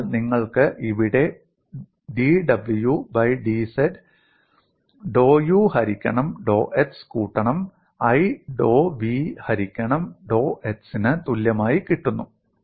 അതിനാൽ നിങ്ങൾക്ക് ഇവിടെ dw by dz dot u ഹരിക്കണം ഡോ x കൂട്ടണം i ഡോ v ഹരിക്കണം ഡോ x ന് തുല്യമായി കിട്ടുന്നു